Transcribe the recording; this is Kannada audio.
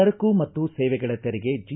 ಸರಕು ಮತ್ತು ಸೇವೆಗಳ ತೆರಿಗೆ ಜಿ